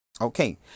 Okay